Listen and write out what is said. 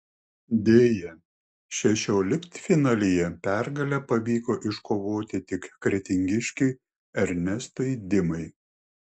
deja šešioliktfinalyje pergalę pavyko iškovoti tik kretingiškiui ernestui dimai